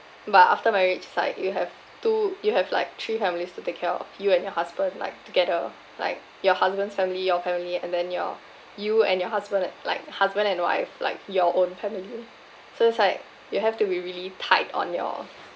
but after marriage is like you have two you have like three families to take care of you and your husband like together like your husband's family your family and then your you and your husband at like husband and wife like your own family lah so it's like you have to be really tight on your